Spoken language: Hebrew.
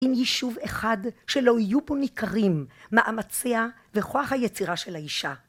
אם יישוב אחד שלא יהיו פה ניכרים מאמציה וכוח היצירה של האישה